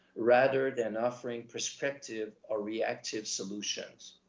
rather than offering prospective or reactive solutions.